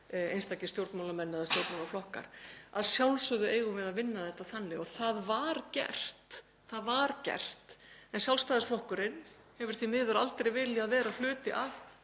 einstakir stjórnmálamenn eða stjórnmálaflokkar. Að sjálfsögðu eigum við að vinna þetta þannig. Það var gert en Sjálfstæðisflokkurinn hefur því miður aldrei viljað vera hluti af